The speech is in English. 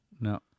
No